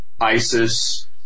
ISIS